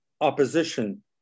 opposition